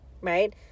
right